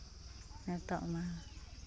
ᱱᱤᱛᱚᱜ ᱢᱟ